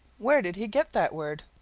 where did he get that word?